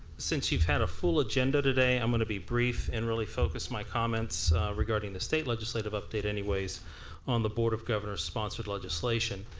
since you've had a full agenda today i'm going to be brief and really focus my comments regarding the state legislative update anyways on the board of governors sponsored legislation.